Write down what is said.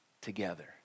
together